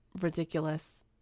ridiculous